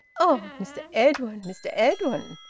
ah, mr edwin! mr edwin!